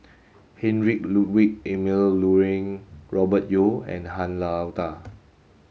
Heinrich Ludwig Emil Luering Robert Yeo and Han Lao Da